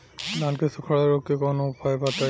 धान के सुखड़ा रोग के कौनोउपाय बताई?